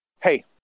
hey